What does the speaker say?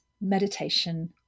meditation